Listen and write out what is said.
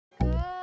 Good